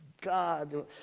God